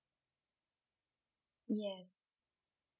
yes